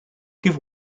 give